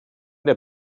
der